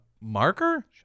marker